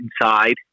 inside